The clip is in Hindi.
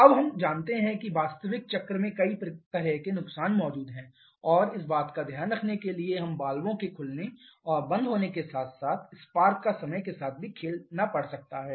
अब हम जानते हैं कि वास्तविक चक्र में कई तरह के नुकसान मौजूद हैं और इस बात का ध्यान रखने के लिए हमें वाल्वों के खुलने और बंद होने के साथ साथ स्पार्क का समय के साथ भी खेलना पड़ सकता है